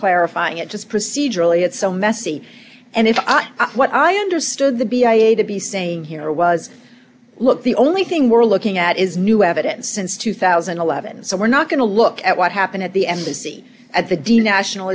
clarifying it just procedurally it so messy and if what i understood the b a a to be saying here was look the only thing we're looking at is new evidence since two thousand and eleven so we're not going to look at what happened at the embassy at the deal national